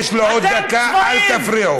יש לו עוד דקה, אל תפריעו.